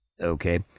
okay